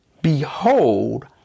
Behold